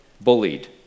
bullied